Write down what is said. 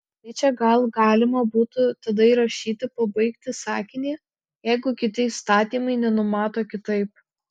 tai čia gal galima būtų tada įrašyti pabaigti sakinį jeigu kiti įstatymai nenumato kitaip